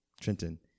Trenton